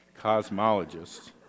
cosmologists